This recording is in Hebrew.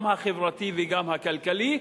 גם החברתי וגם הכלכלי.